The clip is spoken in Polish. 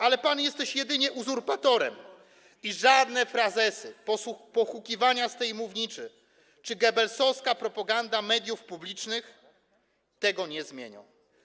Ale pan jesteś jedynie uzurpatorem i żadne frazesy, pohukiwania z tej mównicy czy Goebbelsowska propaganda mediów publicznych tego nie zmienią.